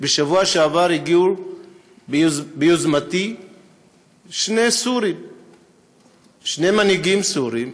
בשבוע שעבר הגיעו ביוזמתי שני מנהיגים סורים,